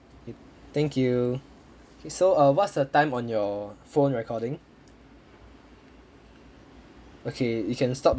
it thank you okay so uh what's the time on your phone recording okay you can stop